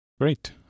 Great